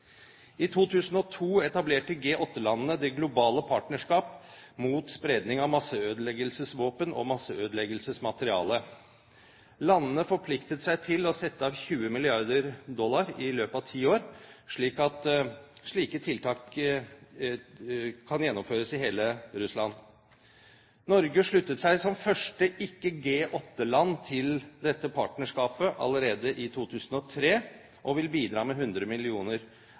I 2002 etablerte G8-landene «Det globale partnerskap mot spredning av masseødeleggelsesvåpen og -materiale». Landene forpliktet seg til å sette av 20 mrd. dollar i løpet av ti år, slik at slike tiltak kan gjennomføres i hele Russland. Norge sluttet seg som første ikke-G8-land til dette partnerskapet allerede i 2003, og vil bidra med 100